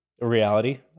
reality